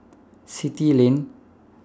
Still Lane